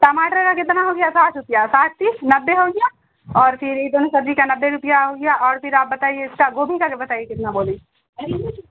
ٹماٹر کا کتنا ہو گیا ساٹھ روپیہ ساٹھ تیس نبے ہوگیا اور پھر یہ دونوں سبزی کا نبے روپیہ ہو گیا اور پھر آپ بتائیے اس کا گوبھی کا بتائیے کتنا بولے